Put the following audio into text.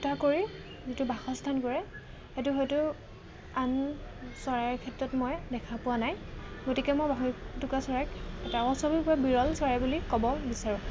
ফুটা কৰি যিটো বাসস্থান কৰে সেইটো হয়তো আন চৰাইৰ ক্ষেত্ৰত মই দেখা পোৱা নাই গতিকে মই বাঢ়ৈটোকা চৰাইক এটা অস্বাভাৱিকভাৱে বিৰল চৰাই বুলি ক'ব বিচাৰোঁ